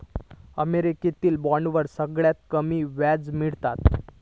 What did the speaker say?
अमेरिकेतल्या बॉन्डवर सगळ्यात कमी व्याज मिळता